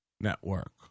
network